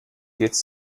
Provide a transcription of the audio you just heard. jetzt